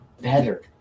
better